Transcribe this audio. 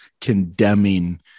condemning